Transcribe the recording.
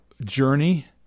journey